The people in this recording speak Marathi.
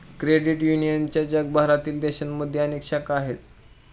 क्रेडिट युनियनच्या जगभरातील देशांमध्ये अनेक शाखा आहेत